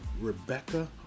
Rebecca